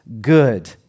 good